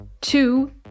Two